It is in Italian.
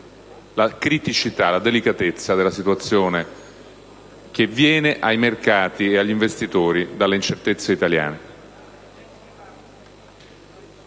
la criticità e la delicatezza della situazione in cui si trovano i mercati e gli investitori per le incertezze italiane.